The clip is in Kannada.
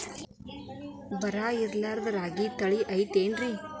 ಬರ ಇರಲಾರದ್ ರಾಗಿ ತಳಿ ಐತೇನ್ರಿ?